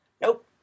Nope